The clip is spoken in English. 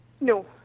No